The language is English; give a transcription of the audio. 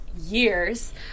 years